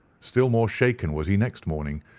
still more shaken was he next morning.